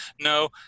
No